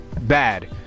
bad